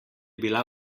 bila